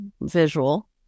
visual